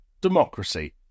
democracy